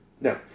No